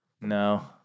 No